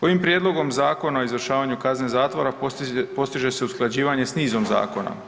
Ovim prijedlogom Zakona o izvršavanju kazne zatvora postiže se usklađivanje s nizom zakona.